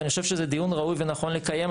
ואני חושב שזה דיון ראוי ונכון לקיים,